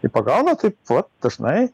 tai pagauna taip vat dažnai